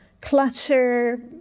clutter